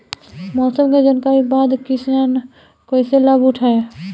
मौसम के जानकरी के बाद किसान कैसे लाभ उठाएं?